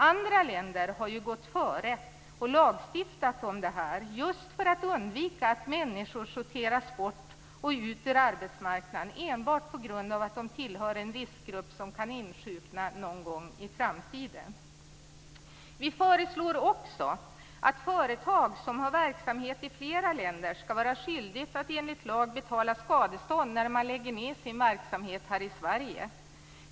Andra länder har gått före och lagstiftat om det här, just för att undvika att människor sorteras bort och ut ur arbetsmarknaden enbart på grund av att de tillhör en riskgrupp som kan insjukna någon gång i framtiden. Vi föreslår också att företag som har verksamhet i flera länder skall vara skyldiga att enligt lag betala skadestånd när man lägger ned sin verksamhet här i Sverige.